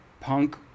punk